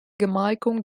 gemarkung